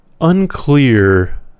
unclear